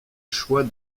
choix